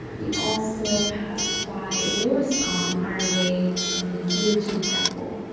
we also passed by a lotus pond on our way to gio-ji temple.